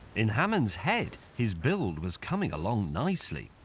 in hammond's head, his build was coming along nicely.